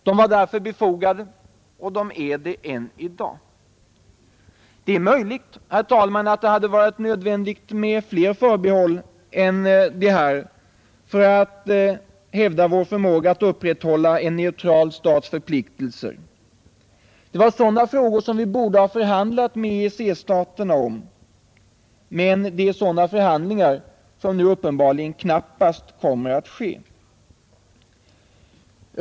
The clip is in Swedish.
De var därför befogade, och de är det än i dag. Det är möjligt, herr talman, att det hade varit nödvändigt med fler förbehåll än de här för att hävda vår förmåga att upprätthålla en neutral stats förpliktelser. Det var sådana frågor som vi borde ha förhandlat med EEC-staterna om, men det är sådana förhand lingar som nu uppenbarligen knappast kommer att ske.